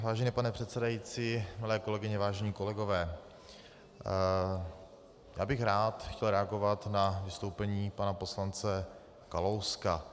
Vážený pane předsedající, milé kolegyně, vážení kolegové, já bych rád chtěl reagovat na vystoupení pana poslance Kalouska.